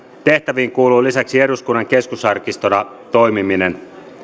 tehtäviin kuuluu lisäksi eduskunnan keskusarkistona toimiminen